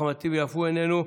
אחמד טיבי, אף הוא איננו.